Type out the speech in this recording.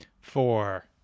Four